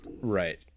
Right